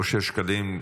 אושר שקלים.